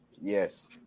Yes